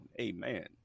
Amen